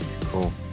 Cool